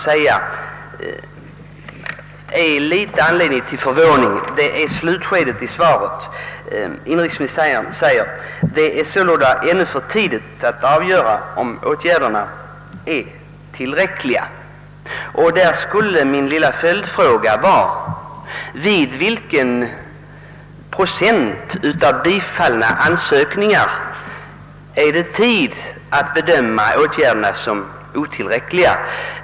Det som vidare förvånar mig är sista meningen i svaret, som lyder: »Det är sålunda ännu för tidigt att avgöra om åtgärderna är tillräckliga.» Jag vill ställa följdfrågan: Vid vilken procent av bifallna ansökningar är det tid att bedöma åtgärderna som otillräckliga?